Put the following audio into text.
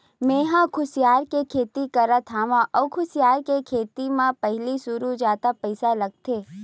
मेंहा ह कुसियार के खेती करत हँव अउ कुसियार के खेती म पहिली सुरु जादा पइसा लगथे